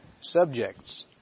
subjects